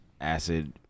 acid